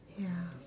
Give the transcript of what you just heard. ya